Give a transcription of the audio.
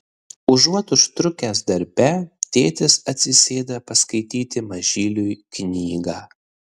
užuot užtrukęs darbe tėtis atsisėda paskaityti mažyliui knygą